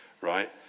right